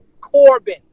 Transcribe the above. Corbin